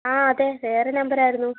ആ അതെ വേറെ നമ്പർ ആയിരുന്നു